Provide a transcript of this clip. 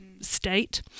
state